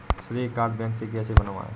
श्रेय card bank से कैसे बनवाएं?